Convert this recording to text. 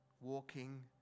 walking